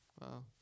Wow